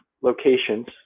locations